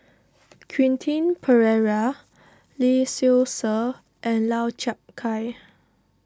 Quentin Pereira Lee Seow Ser and Lau Chiap Khai